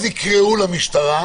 אז יקראו למשטרה,